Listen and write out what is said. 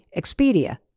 Expedia